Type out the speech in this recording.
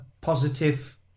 positive